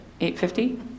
8.50